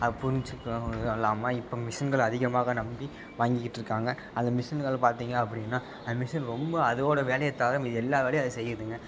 அப் புரிஞ்சிக்கொள்ள இல்லாமல் இப்போ மிஷின்களை அதிகமாக நம்பி வாங்கிட்டிருக்காங்க அது மிஷின்களை பார்த்திங்க அப்படின்னா மிஷின் ரொம்ப அதோட வேலையை தவிர மீதி எல்லா வேலையும் அது செய்யுதுங்க